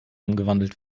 umgewandelt